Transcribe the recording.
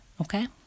Okay